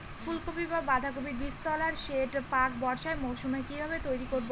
ফুলকপি বা বাঁধাকপির বীজতলার সেট প্রাক বর্ষার মৌসুমে কিভাবে তৈরি করব?